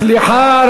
סליחה,